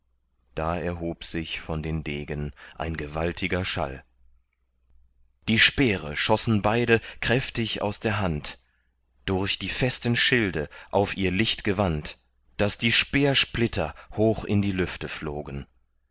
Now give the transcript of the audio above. da erhob sich von den degen ein gewaltiger schall die speere schossen beide kräftig aus der hand durch die festen schilde auf ihr licht gewand daß die speersplitter hoch in die lüfte flogen